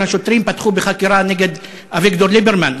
השוטרים פתחו בחקירה נגד אביגדור ליברמן.